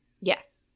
Yes